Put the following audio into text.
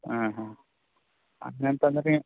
ಹಾಂ ಹಾಂ ಹಂಗಂತ ಅಂದರೆ